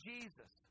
Jesus